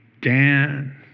Dan